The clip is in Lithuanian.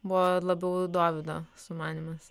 buvo labiau dovydo sumanymas